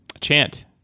chant